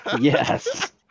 Yes